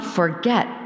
forget